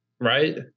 Right